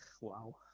wow